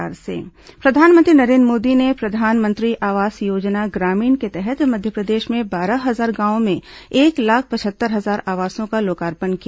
प्रधानमंत्री आवास योजना ग्रामीण प्रधानमंत्री नरेन्द्र मोदी ने प्रधानमंत्री आवास योजना ग्रामीण के तहत मध्यप्रदेश में बारह हजार गांवों में एक लाख पचहत्तर हजार आवासों का लोकार्पण किया